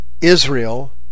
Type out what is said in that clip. Israel